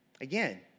Again